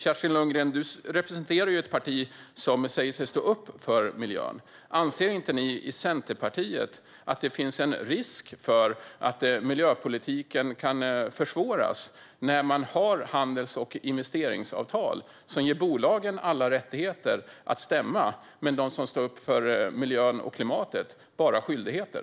Kerstin Lundgren, du representerar ett parti som säger sig stå upp för miljön. Anser inte ni i Centerpartiet att det finns en risk för att miljöpolitiken kan försvåras när man har handels och investeringsavtal som ger bolagen alla rättigheter att stämma men som ger dem som står upp för miljön och klimatet bara skyldigheter?